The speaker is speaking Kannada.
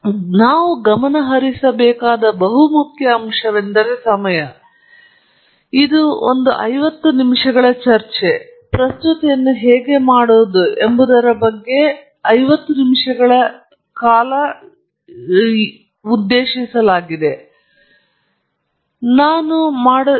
ಆದ್ದರಿಂದ ನಾವು ಗಮನಹರಿಸಬೇಕಾದ ಅಂಶವೆಂದರೆ ಸಮಯ ಇದು ಒಂದು ಐವತ್ತು ನಿಮಿಷಗಳ ಚರ್ಚೆ ಪ್ರಸ್ತುತಿಯನ್ನು ಹೇಗೆ ಮಾಡುವುದು ಎಂಬುದರ ಬಗ್ಗೆ ಐವತ್ತು ನಿಮಿಷಗಳ ಏಕ ಚರ್ಚೆಯಾಗಿ ಉದ್ದೇಶಿಸಲಾಗಿದೆ ಮತ್ತು ಈ ಮಾತಿನ ಮೂಲಕ ಸರಿಯಾಗಿ ನಾವೇ ಹಾದುಹೋಗುವೆವು ಎಂದು ನಾವು ನೋಡುತ್ತೇವೆ